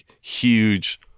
huge